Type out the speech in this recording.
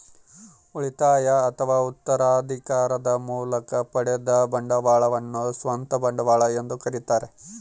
ಉಳಿತಾಯ ಅಥವಾ ಉತ್ತರಾಧಿಕಾರದ ಮೂಲಕ ಪಡೆದ ಬಂಡವಾಳವನ್ನು ಸ್ವಂತ ಬಂಡವಾಳ ಎಂದು ಕರೀತಾರ